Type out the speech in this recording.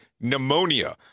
pneumonia